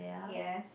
yes